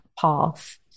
path